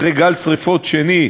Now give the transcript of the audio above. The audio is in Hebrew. אחרי גל שרפות שני,